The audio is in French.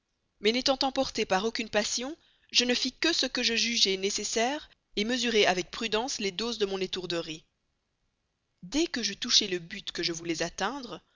mais n'étant emportée par aucune passion je ne fis que ce que je jugeai nécessaire mesurai avec prudence les doses de mon étourderie dès que j'eus touché le but que je voulais atteindre